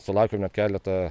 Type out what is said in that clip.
sulaukiame keletą